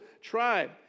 tribe